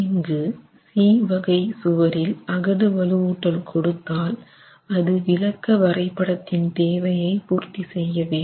இங்கு C வகை சுவரில் அகடு வலுவூட்டல் கொடுத்தால் அது விளக்க வரை படத்தின் தேவையை பூர்த்திசெய்ய வேண்டும்